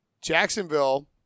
Jacksonville